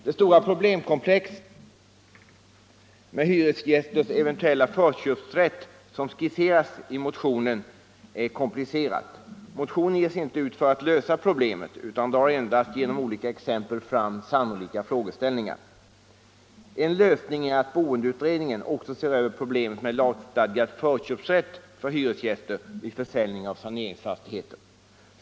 Det stora problemkomplex med hyresgästers eventuella förköpsrätt som skisseras i motionen är komplicerat. Motionen ger sig inte ut för att lösa problemen utan drar endast genom olika exempel fram sannolika frågeställningar. En lösning är att boendeutredningen också ser över problemet med lagstadgad förköpsrätt för hyresgäster vid försäljning av saneringsfastigheter.